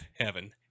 heaven